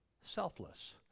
selfless